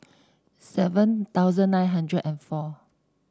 seven thousand nine hundred and four